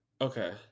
Okay